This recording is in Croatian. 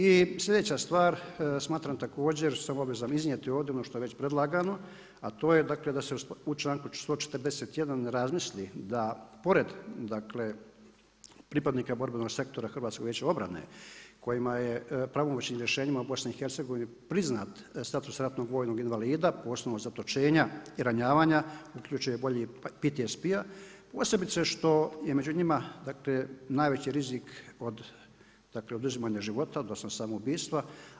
I sljedeća stvar, smatram također sam obvezan iznijeti ovdje ono što je već predlagano, a to je dakle da se u članku 141. razmisli da pored, dakle pripadnika borbenog Sektora Hrvatskog vijeća obrane kojima je pravomoćnim rješenjima u Bosni i Hercegovini priznat status ratnog vojnog invalida po osnovu zatočenja i ranjavanja, uključuje … PTSP-a posebice što je među njima, dakle najveći rizik od, dakle oduzimanja života, odnosno samoubistva.